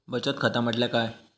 बचत खाता म्हटल्या काय?